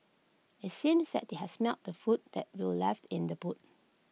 IT seemed that they had smelt the food that were left in the boot